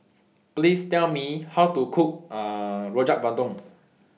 Please Tell Me How to Cook Rojak Bandung